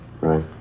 Right